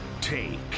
Take